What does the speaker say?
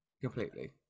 completely